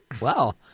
Wow